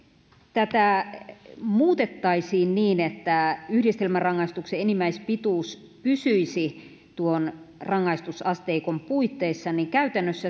tätä muutettaisiin niin että yhdistelmärangaistuksen enimmäispituus pysyisi tuon rangaistusasteikon puitteissa niin käytännössä